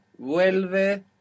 vuelve